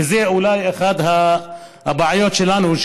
וזאת אולי אחת הבעיות שלנו,